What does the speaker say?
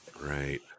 Right